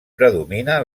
predomina